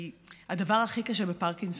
כי הדבר הכי קשה בפרקינסון,